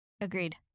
Agreed